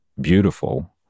beautiful